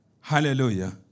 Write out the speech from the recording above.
Hallelujah